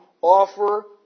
offer